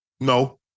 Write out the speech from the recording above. No